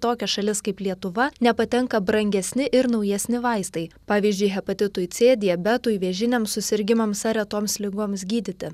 tokias šalis kaip lietuva nepatenka brangesni ir naujesni vaistai pavyzdžiui hepatitui c diabetui vėžiniams susirgimams ar retoms ligoms gydyti